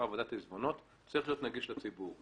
ועדת עיזבונות צריך להיות נגיש לציבור.